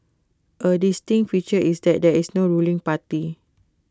A distinct feature is that there is no ruling party